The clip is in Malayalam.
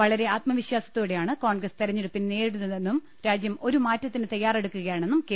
വളരെ ആത്മവിശ്വാസ ത്തോടെയാണ് കോൺഗ്രസ് തെരഞ്ഞെടുപ്പിനെ നേരിടുന്നതെന്നും രാജ്യം ഒരുമാറ്റത്തിന് തയ്യാറെടുക്കു കയാണെന്നും കെ